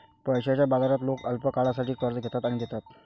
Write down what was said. पैशाच्या बाजारात लोक अल्पकाळासाठी कर्ज घेतात आणि देतात